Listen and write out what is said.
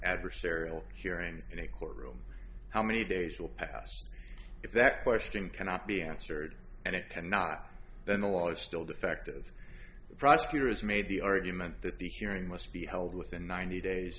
adversarial hearing in a courtroom how many days will pass if that question cannot be answered and it cannot then the law is still defective the prosecutor has made the argument that the hearing must be held within ninety days